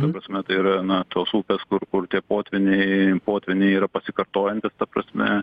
ta prasme tai yra na tos upės kur kur tie potvyniai potvyniai yra pasikartojantys ta prasme